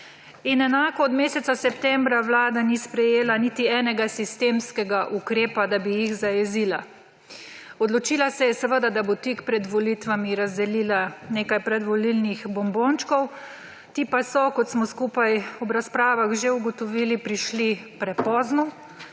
In enako od meseca septembra vlada ni sprejela niti enega sistemskega ukrepa, da bi jih zajezila. Odločila se je seveda, da bo tik pred volitvami razdelila nekaj predvolilnih bombončkov, ti pa so, kot smo skupaj ob razpravah že ugotovili, prišli prepozno,